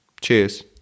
Cheers